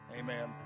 amen